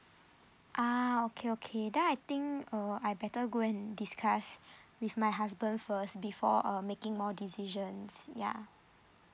ah okay okay then I think uh I better go and discuss with my husband first before uh making more decisions yeah